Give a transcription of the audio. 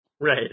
Right